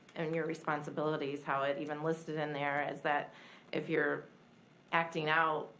and your responsibilities, how it even listed in there is that if you're acting out,